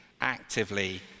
actively